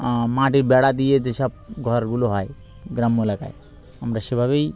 মাটির বেড়া দিয়ে যেসব ঘরগুলো হয় গ্রাম্য এলাকায় আমরা সেভাবেই